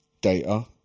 Data